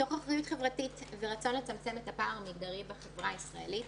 מתוך אחריות חברתית ורצון לצמצם את הפער המגדרי בחברה הישראלית.